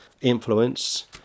influence